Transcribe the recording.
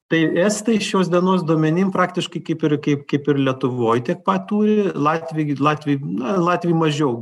tai estai šios dienos duomenim praktiškai kaip ir kaip kaip ir lietuvoj tiek pat turi latviai latviai na latviai mažiau